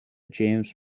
james